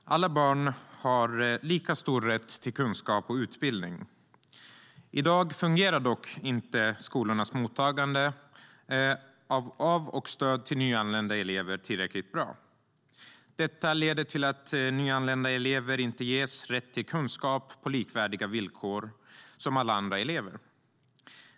Alla barn har lika stor rätt till kunskap och utbildning. I dag fungerar dock inte skolornas mottagande av och stöd till nyanlända elever tillräckligt bra. Detta leder till att nyanlända elever inte ges rätt till kunskap på samma villkor som andra elever.